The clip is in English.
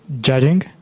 judging